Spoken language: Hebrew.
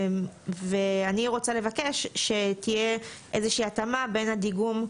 ואני רוצה לבקש שתהיה איזה שהיא התאמה בין הדיגום,